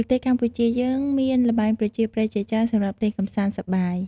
ប្រទេសកម្ពុជាយើងមានល្បែងប្រជាប្រិយជាច្រើនសម្រាប់លេងកម្សាន្តសប្បាយ។